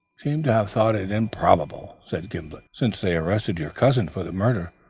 seem to have thought it improbable, said gimblet, since they arrested your cousin for the murder.